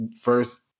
first